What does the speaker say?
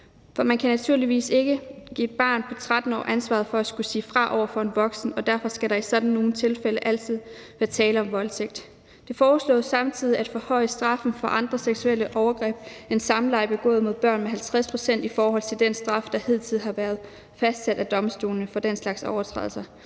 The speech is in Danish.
For man kan naturligvis ikke give et barn på 13 år ansvaret for at skulle sige fra over for en voksen, og derfor skal der i sådan nogle tilfælde altid være tale om voldtægt. Det foreslås samtidig at forhøje straffen for andre seksuelle overgreb end samleje begået mod børn med 50 pct. i forhold til den straf, der hidtil har været fastsat af domstolene for den slags overtrædelser.